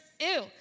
Ew